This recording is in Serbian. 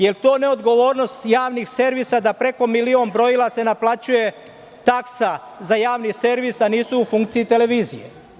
Jel to neodgovornost javnih servisa da preko milion brojila se naplaćuje taksa za Javni servis a nisu u funkciji televizije?